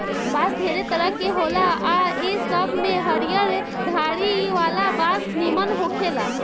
बांस ढेरे तरह के होला आ ए सब में हरियर धारी वाला बांस निमन होखेला